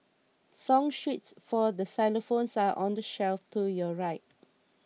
song sheets for xylophones are on the shelf to your right